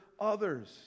others